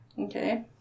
Okay